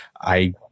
I-